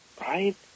right